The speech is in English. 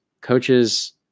coaches